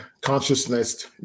consciousness